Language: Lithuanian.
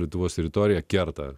lietuvos teritoriją kerta